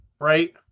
right